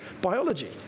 biology